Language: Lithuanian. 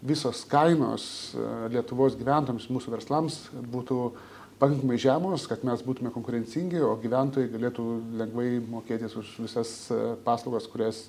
visos kainos lietuvos gyventojams mūsų verslams būtų pakankamai žemos kad mes būtume konkurencingi o gyventojai galėtų lengvai mokėtis už visas paslaugas kurias